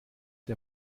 der